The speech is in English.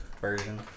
version